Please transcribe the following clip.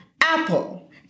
Apple